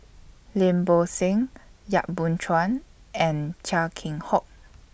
Lim Bo Seng Yap Boon Chuan and Chia Keng Hock